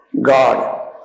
God